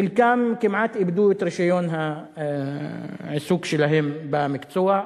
חלקם כמעט איבדו את רשיון העיסוק שלהם במקצוע.